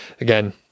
Again